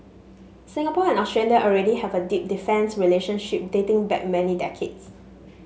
Singapore and Australia already have a deep defence relationship dating back many decades